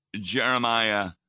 Jeremiah